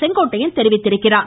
செங்கோட்டையன் தெரிவித்துள்ளார்